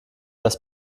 das